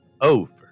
over